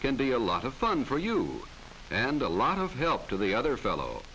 can be a lot of fun for you and a lot of help to the other fellow